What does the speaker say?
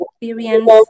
experience